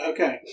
Okay